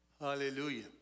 Hallelujah